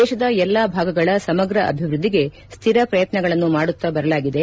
ದೇತದ ಎಲ್ಲಾ ಭಾಗಗಳ ಸಮಗ್ರ ಅಭಿವೃದ್ದಿಗೆ ಸ್ವಿರ ಪ್ರಯತ್ನಗಳನ್ನು ಮಾಡುತ್ತಾ ಬರಲಾಗಿದೆ